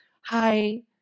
hi